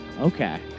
okay